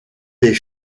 des